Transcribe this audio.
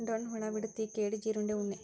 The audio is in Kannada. ಡೋಣ ಹುಳಾ, ವಿಡತಿ, ಕೇಡಿ, ಜೇರುಂಡೆ, ಉಣ್ಣಿ